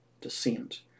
descent